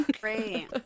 great